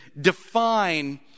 define